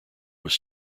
was